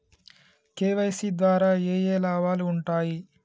KYC ద్వారా ఏఏ లాభాలు ఉంటాయి?